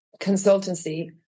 consultancy